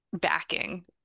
backing